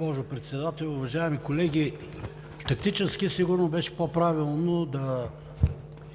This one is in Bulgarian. госпожо Председател. Уважаеми колеги, тактически сигурно беше по-правилно да